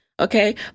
Okay